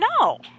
no